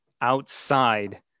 outside